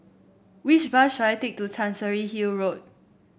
which bus should I take to Chancery Hill Road